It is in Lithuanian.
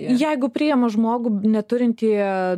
jeigu priima žmogų neturintį